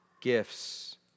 gifts